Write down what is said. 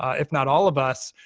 if not all of us,